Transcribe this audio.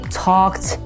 talked